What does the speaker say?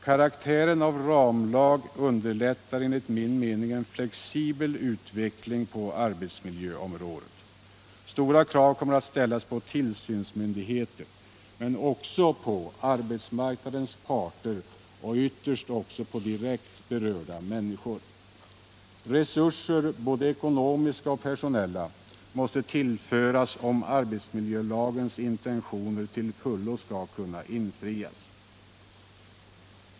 Karaktären av ramlag underlättar enligt min mening en flexibel utveckling på arbetsmiljöområdet. Stora krav kommer att ställas på tillsynsmyndigheter men också på arbetsmarknadens parter och ytterst på direkt berörda människor. Resurser, både ekonomiska och personella, måste tillföras om arbetsmiljölagens intentioner till fullo skall kunna infrias.